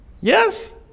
yes